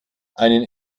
einen